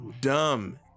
dumb